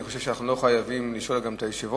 אני חושב שאנחנו לא חייבים לשאול את היושב-ראש.